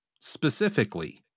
specifically